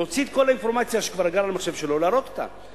להוציא את כל האינפורמציה שכבר הגיעה למחשב שלו ולהראות אותה.